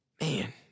Man